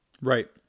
right